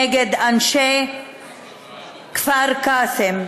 נגד אנשי כפר קאסם,